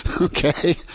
okay